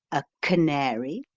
a canary,